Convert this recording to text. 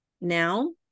Now